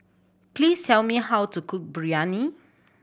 please tell me how to cook Biryani